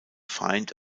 feind